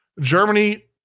Germany